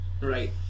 right